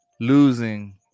Losing